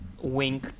wink